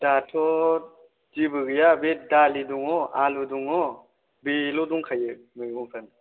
दाथ' जेबो गैया बे दालि दङ आलु दङ बेल' दंखायो मैगंफ्रा